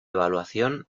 evaluación